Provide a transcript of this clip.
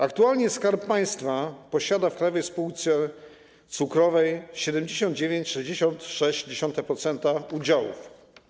Aktualnie Skarb Państwa posiada w Krajowej Spółce Cukrowej 79,66% udziałów.